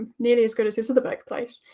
um nearly as good as this other burger place,